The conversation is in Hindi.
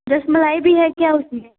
रसमलाई भी है क्या उसमें